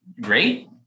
great